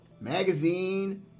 Magazine